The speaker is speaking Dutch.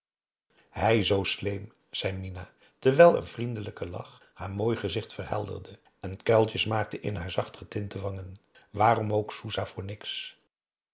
hij zoo sleem zei mina terwijl een vriendelijke lach haar mooi gezicht verhelderde en kuiltjes maakte in haar zacht getinte wangen waarom ook soesah voor niks